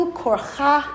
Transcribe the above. korcha